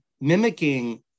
mimicking